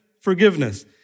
forgiveness